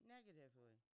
Negatively